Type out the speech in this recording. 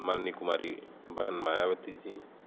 माननीय कुमारी बहन मायावती जी